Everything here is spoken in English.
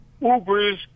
Uber's